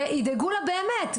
וידאגו לה באמת,